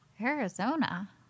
Arizona